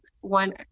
one